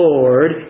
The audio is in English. Lord